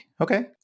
okay